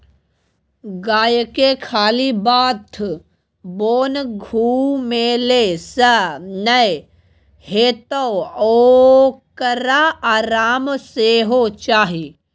गायके खाली बाध बोन घुमेले सँ नै हेतौ ओकरा आराम सेहो चाही